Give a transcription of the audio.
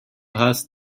has